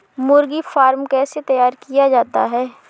मुर्गी फार्म कैसे तैयार किया जाता है?